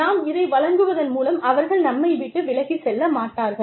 நாம் இதை வழங்குவதன் மூலம் அவர்கள் நம்மை விட்டு விலகிச் செல்லமாட்டார்கள்